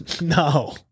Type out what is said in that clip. No